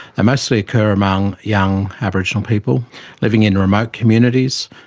mostly occur among young aboriginal people living in remote communities,